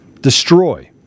destroy